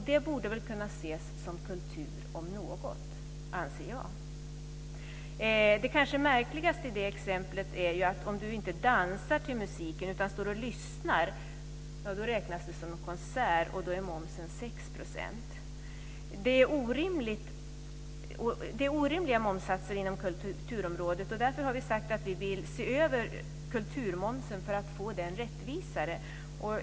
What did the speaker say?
Det borde väl kunna ses som kultur om något, anser jag. Det kanske märkligaste med det exemplet är att om du inte dansar till musiken, utan står och lyssnar, räknas det som en konsert och då är momsen 6 %. Det är orimliga momssatser inom kulturområdet, och därför har vi sagt att vi vill se över kulturmomsen för att få den rättvisare.